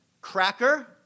cracker